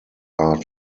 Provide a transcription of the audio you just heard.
are